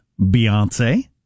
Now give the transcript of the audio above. Beyonce